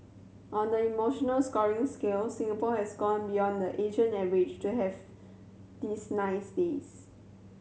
on the emotional scoring scale Singapore has gone beyond the Asian average to have these nice days